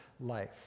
life